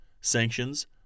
sanctions